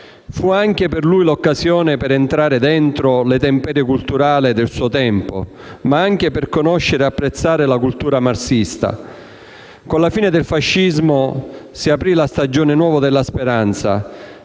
Fu anche per lui l'occasione per entrare dentro la temperie culturale del suo tempo, ma anche per conoscere e apprezzare la cultura marxista. Con la fine del fascismo si aprì la stagione nuova della speranza